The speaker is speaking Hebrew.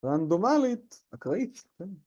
רנדומלית, אקראית, כן.